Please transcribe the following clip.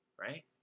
right